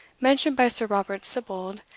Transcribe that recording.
mentioned by sir robert sibbald,